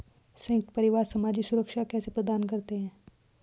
संयुक्त परिवार सामाजिक सुरक्षा कैसे प्रदान करते हैं?